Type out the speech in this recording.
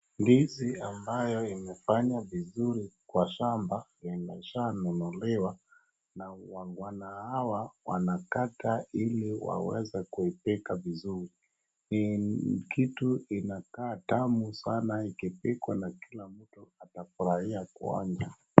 Ndizi ambayo imefanya vizuri kwa shamba imeshanunuliwa na wangwana hawa wanakata ili waweze kuipika vizuri. Ni kitu inakaa tamu sana ikipikwa na kila mtu atafurahia kuonja.